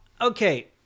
okay